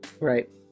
Right